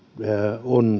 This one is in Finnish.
on